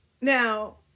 Now